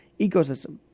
ecosystem